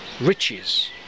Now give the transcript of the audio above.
Riches